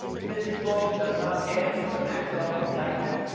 but this probe does not end with the maximo indictment.